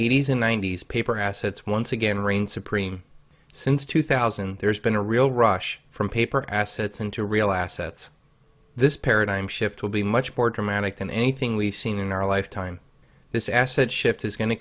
eighty's and ninety's paper assets once again reigned supreme since two thousand and there's been a real rush from paper assets into real assets this paradigm shift will be much more dramatic than anything we've seen in our lifetime this asset shift is going to